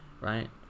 Right